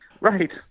right